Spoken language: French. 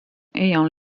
ayant